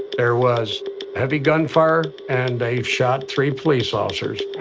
there was heavy gunfire and they shot three police officers.